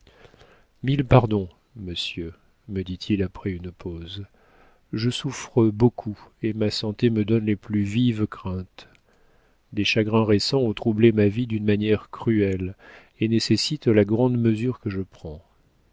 mille pardons monsieur me dit-il après une pause je souffre beaucoup et ma santé me donne les plus vives craintes des chagrins récents ont troublé ma vie d'une manière cruelle et nécessitent la grande mesure que je prends